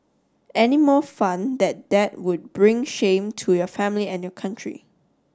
any more fun that that would bring shame to your family and your country